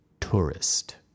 tourist